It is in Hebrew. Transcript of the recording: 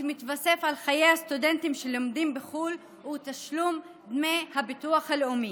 על חיי הסטודנטים שלומדים בחו"ל הוא בתשלום דמי הביטוח הלאומי.